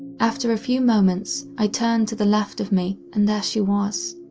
after a few moments, i turned to the left of me, and there she was,